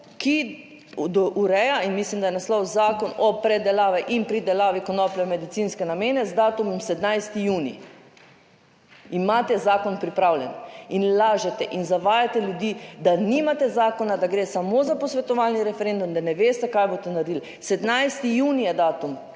ki ureja in mislim, da je naslov Zakon o predelavi in pridelavi konoplje v medicinske namene z datumom 17. junij. Imate zakon pripravljen in lažete in zavajate ljudi, da nimate zakona, da gre samo za posvetovalni referendum, da ne veste kaj boste naredili. 17. junij je datum.